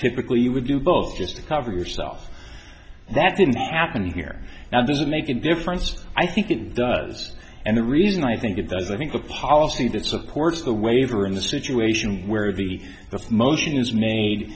typically would do both just to cover yourself that didn't happen here now does it make a difference i think it does and the reason i think it does i think the policy that supports the waiver in the situation where the motion is made